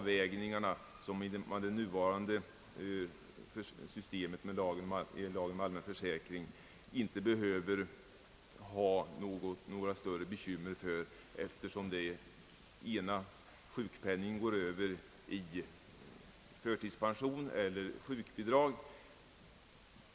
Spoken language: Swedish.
Enligt det nuvarande systemet med lagen om allmän försäkring behöver det inte uppstå några större bekymmer för dylika överväganden eftersom sjukpenningen alltid går över i förtidspension eller sjukbidrag.